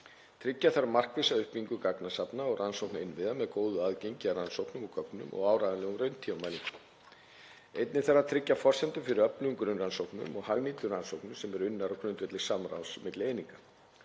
Tryggja þarf markvissa uppbyggingu gagnasafna og rannsóknainnviða með góðu aðgengi að rannsóknum og gögnum og áreiðanlegum rauntímamælingum. Einnig þarf að tryggja forsendur fyrir öflugum grunnrannsóknum og hagnýtum rannsóknum sem eru unnar á grundvelli samráðs milli eininga.